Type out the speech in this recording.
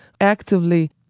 actively